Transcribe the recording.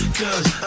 cause